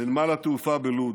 בנמל התעופה בלוד